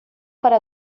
para